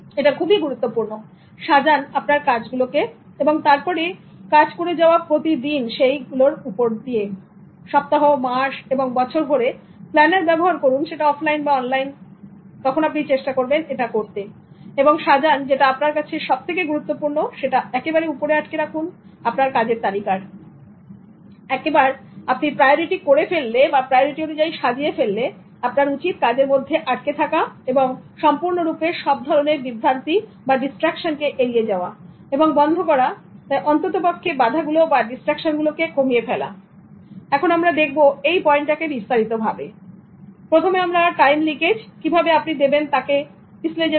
এটা খুবই গুরুত্বপূর্ণ সাজান আপনার কাজগুলো কে এবং তার উপরে কাজ করে যাওয়া প্রতিদিন সপ্তাহ মাস এবং বছর ভরে প্ল্যানার ব্যবহার করুন সেটা অফলাইন বা অনলাইন তখন আপনি চেষ্টা করবেন এটা করতে এবং সাজান যেটা আপনার কাছে সবথেকে গুরুত্বপূর্ণ সেটা একেবারে উপরে আটকে রাখুন আপনার কাজের তালিকার একবার আপনি প্রায়োরিটি করে ফেললে আপনার উচিত কাজের মধ্যে আটকে থাকা এবং আপনার উচিত সম্পূর্ণরূপে সব ধরনের বিভ্রান্তি ডিস্ট্রাকশন কে এড়িয়ে যাওয়া এবং বন্ধ করা তাই অন্ততপক্ষে বাধাগুলো বা ডিস্ট্রাকশন গুলোকে কমিয়ে ফেলা এখন আমরা দেখব এই পয়েন্টটা কে বিস্তারিতভাবে প্রথমে আমরা টাইম লিকেজ কিভাবে আপনি দেবেন তাকে পিছলে যেতে